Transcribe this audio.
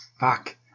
Fuck